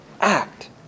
act